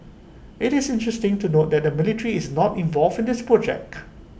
IT is interesting to note that the military is not involved in this project